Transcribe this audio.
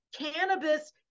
Cannabis